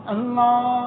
Allah